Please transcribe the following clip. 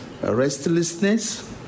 Restlessness